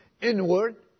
inward